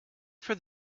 for